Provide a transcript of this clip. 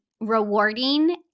rewarding